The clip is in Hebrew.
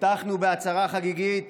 הבטחנו בהצהרה חגיגית